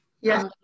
Yes